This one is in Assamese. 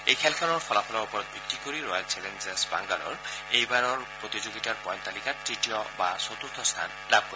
এই খেলখনৰ ফলাফলৰ ওপৰত ভিত্তি কৰি ৰয়েল চেলঞ্জাৰ্ছ বাংগালোৰ এইবাৰৰ প্ৰতিযোগিতাৰ পইণ্ট তালিকাত তৃতীয় বা চতুৰ্থ স্থান লাভ কৰিব